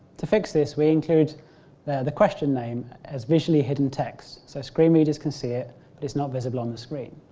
to fix this, we include the question name as visually hidden text so screen readers can see it but it is not visible on the screen.